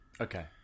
Okay